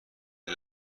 این